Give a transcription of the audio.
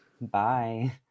Bye